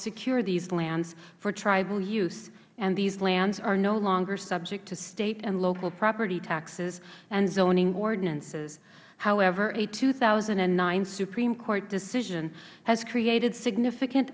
secure these lands for tribal use and these lands are no longer subject to state and local property taxes and zoning ordinances however a two thousand and nine supreme court decision has created significant